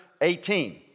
18